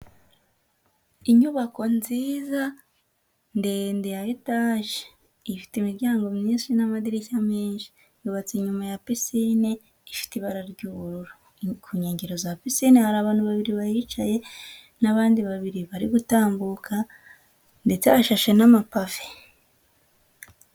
Inyubako nziza ndende ya etaje ifite imiryango myinshi n'amadirishya menshi, yubatse inyuma ya pisine ifite ibara ry'ubururu, ku nkengero za pisine hari abantu babiri bahicaye n'abandi babiri bari gutambuka ndetse hashashe n'amapave.